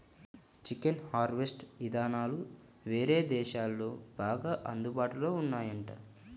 chicken harvest ఇదానాలు వేరే దేశాల్లో బాగా అందుబాటులో ఉన్నాయంట